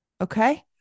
okay